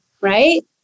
right